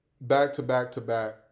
back-to-back-to-back